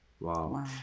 Wow